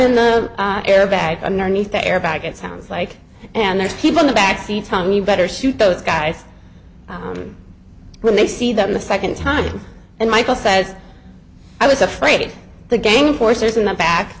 in the air bag underneath the airbag it sounds like and there's people in the back seat time you better suit those guys when they see that the second time and michael says i was afraid the gang forces in the back